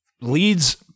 leads